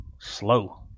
slow